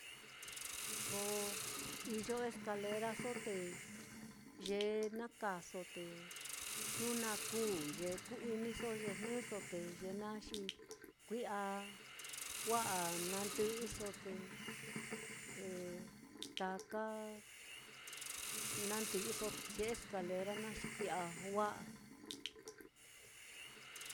Ko iyo escaleraso te ye naá kaaso, te jnu na kuu ye ku-iniso ye jnɨso, te ye naá xi kui'a wa'a nandɨ'ɨso te taka na ndɨ'ɨso ye escalera naá, xi kui'a wa'a.